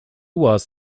was